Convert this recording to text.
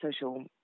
social